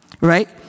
right